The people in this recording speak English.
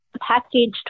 packaged